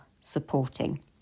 supporting